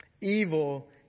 Evil